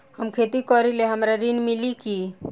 हम खेती करीले हमरा ऋण मिली का?